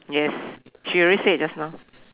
yes she already said just now